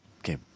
okay